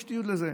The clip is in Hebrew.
יש תיעוד לזה.